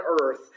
earth